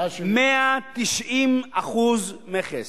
190% מכס.